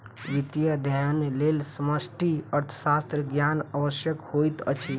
वित्तीय अध्ययनक लेल समष्टि अर्थशास्त्रक ज्ञान आवश्यक होइत अछि